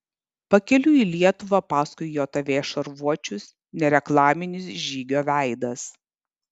pakeliui į lietuvą paskui jav šarvuočius nereklaminis žygio veidas